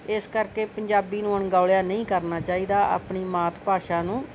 ਇਸ ਕਰਕੇ ਪੰਜਾਬੀ ਨੂੰ ਅਣਗੌਲਿਆ ਨਹੀਂ ਕਰਨਾ ਚਾਹੀਦਾ ਆਪਣੀ ਮਾਤ ਭਾਸ਼ਾ ਨੂੰ